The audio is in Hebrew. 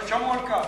לא שמעו על כך?